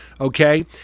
okay